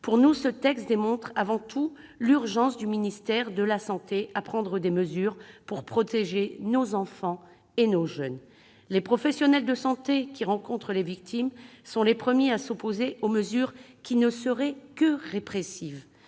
Pour nous, ce texte démontre avant tout l'urgence qu'il y a pour le ministère de la santé à prendre des mesures visant à protéger nos enfants et nos jeunes. Les professionnels de santé, qui rencontrent les victimes, sont les premiers à s'opposer aux mesures qui ne seraient que répressives,